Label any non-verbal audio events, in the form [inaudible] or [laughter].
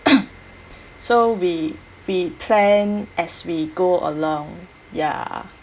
[coughs] so we we plan as we go along ya